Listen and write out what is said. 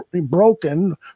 broken